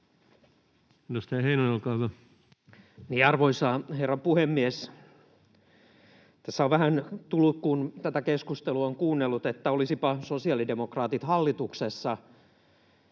Arvoisa herra puhemies! Tässä on vähän tullut mieleen, kun tätä keskustelua on kuunnellut, että olisivatpa sosiaalidemokraatit hallituksessa.